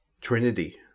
Trinity